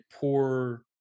poor